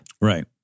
Right